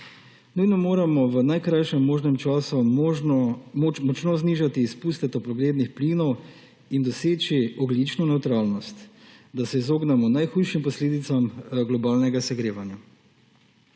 Nujno moramo v najkrajšem možnem času močno znižati izpuste toplogrednih plinov in doseči ogljično nevtralnost, da se izognemo najhujšim posledicam globalnega segrevanja.